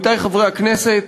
רבותי חברי הכנסת,